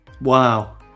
Wow